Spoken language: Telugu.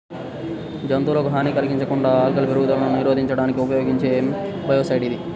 జంతువులకు హాని కలిగించకుండా ఆల్గల్ పెరుగుదలను నిరోధించడానికి ఉపయోగించే బయోసైడ్ ఇది